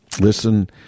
listen